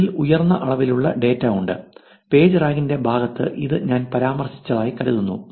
ഇതിൽ ഉയർന്ന അളവിലുള്ള ഡാറ്റ ഉണ്ട് പേജ്റാങ്കിന്റെ ഭാഗത്ത് ഇത് ഞാൻ പരാമർശിച്ചതായി കരുതുന്നു